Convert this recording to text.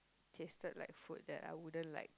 tasted like food that I wouldn't like